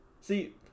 See